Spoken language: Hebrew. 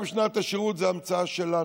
גם שנת השירות זו המצאה שלנו,